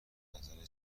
نظرت